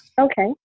Okay